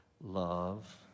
love